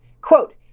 Quote